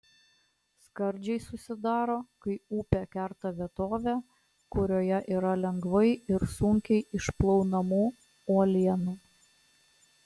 skardžiai susidaro kai upė kerta vietovę kurioje yra lengvai ir sunkiai išplaunamų uolienų